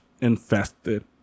infested